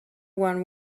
one